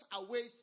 away